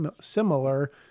similar